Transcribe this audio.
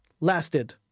lasted